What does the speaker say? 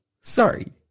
sorry